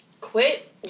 Quit